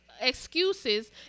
excuses